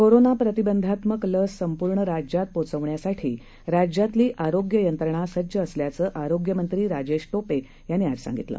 corona प्रतिबंधात्मक लस संपूर्ण राज्यात पोचवण्यासाठी राज्यातली आरोग्य यंत्रणा सज्ज असल्याचं आरोग्यमंत्री राजेश टोपे यांनी आज सांगितलं